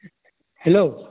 hello